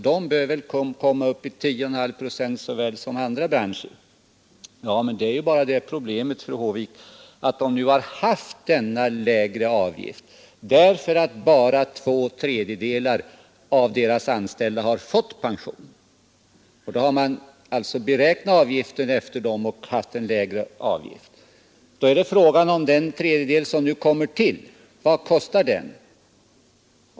Den bör väl komma upp i 10,5 procent lika väl som andra branscher, sade hon. Ja, men det är bara det problemet, fru Håvik, att denna näring har haft en lägre avgift därför att bara två tredjedelar av de anställda har fått pension. Då har man räknat avgiften efter det. Men nu är frågan naturligtvis: Vad kostar den tredjedel som nu tillkommer?